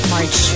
March